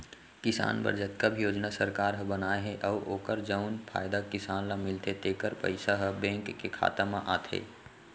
किसान बर जतका भी योजना सरकार ह बनाए हे अउ ओकर जउन फायदा किसान ल मिलथे तेकर पइसा ह बेंक के खाता म आथे